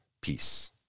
Peace